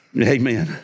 Amen